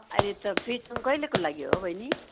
अहिले त फ्री छौँ कहिलेको लागि हो बहिनी